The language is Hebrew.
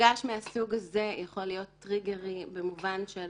מפגש מהסוג הזה יכול להיות טריגר שיחזיר